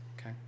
okay